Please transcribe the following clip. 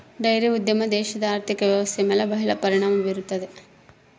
dairy ಉದ್ಯಮ ದೇಶದ ಆರ್ಥಿಕ ವ್ವ್ಯವಸ್ಥೆಯ ಮೇಲೆ ಬಹಳ ಪರಿಣಾಮ ಬೀರುತ್ತದೆ